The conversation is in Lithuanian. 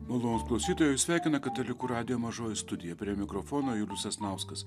malonūs klausytojai jus sveikina katalikų radijo mažoji studija prie mikrofono julius sasnauskas